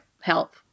help